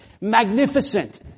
magnificent